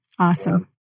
Awesome